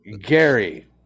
Gary